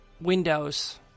windows